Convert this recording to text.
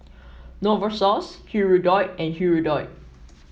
Novosource Hirudoid and Hirudoid